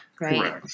right